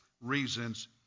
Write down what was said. reasons